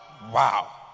wow